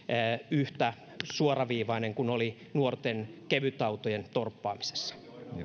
yhtä suoraviivainen kuin oli nuorten kevytautojen torppaamisessa